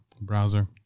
Browser